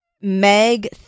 Meg